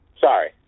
Sorry